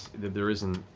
there isn't,